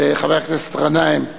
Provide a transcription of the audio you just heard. חבר הכנסת גנאים.